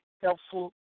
helpful